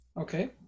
okay